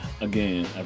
Again